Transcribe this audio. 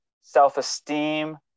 self-esteem